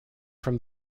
from